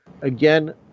Again